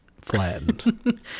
flattened